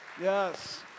Yes